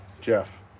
Jeff